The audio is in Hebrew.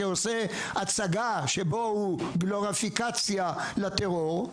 שעושה הצגה שיש בה גלוריפיקציה לטרור,